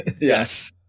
Yes